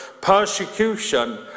persecution